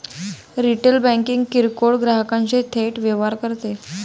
retail banking किरकोळ ग्राहकांशी थेट व्यवहार करते